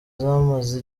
zamaze